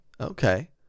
Okay